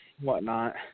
whatnot